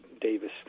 Davis